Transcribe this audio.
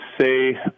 say